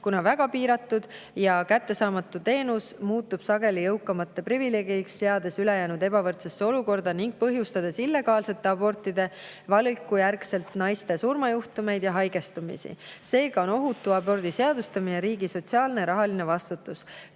Väga piiratud ja kättesaamatu teenus [oleks] jõukamate privileeg, seades ülejäänud ebavõrdsesse olukorda ning põhjustades illegaalsete abortide valiku järgselt naiste surmajuhtumeid ja haigestumisi. Seega on ohutu abordi seadustamine riigi sotsiaalne ja rahaline [kohustus].